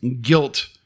guilt